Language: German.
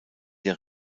der